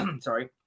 Sorry